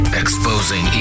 exposing